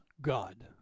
God